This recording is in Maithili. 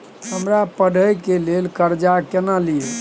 हमरा पढ़े के लेल कर्जा केना लिए?